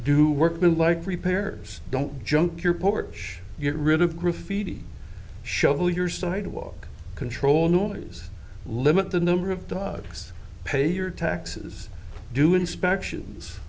do workman like repairs don't junk your porch get rid of graffiti shovel your sidewalk control noise limit the number of dogs pay your taxes do inspections